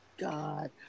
God